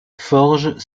forges